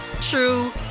true